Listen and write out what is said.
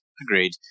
Agreed